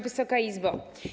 Wysoka Izbo!